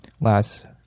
last